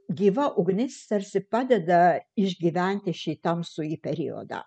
gyva ugnis tarsi padeda išgyventi šį tamsųjį periodą